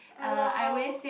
hello